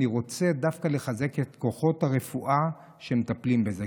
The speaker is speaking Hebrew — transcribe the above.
אני רוצה דווקא לחזק את כוחות הרפואה שמטפלים בזה,